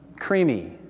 Creamy